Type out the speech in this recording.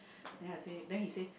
then I say then he say